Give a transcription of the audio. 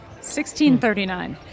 1639